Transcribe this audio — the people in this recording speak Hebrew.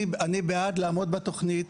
אני בעד עמידה בתוכנית.